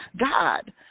God